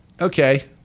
okay